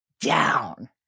down